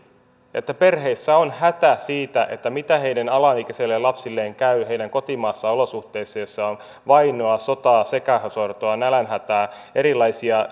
että perheissä on hätä siitä siitä mitä heidän alaikäisille lapsilleen käy heidän kotimaassaan olosuhteissa joissa on vainoa sotaa sekasortoa nälänhätää erilaisia